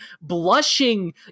blushing